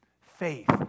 faith